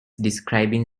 describing